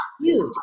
huge